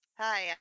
Hi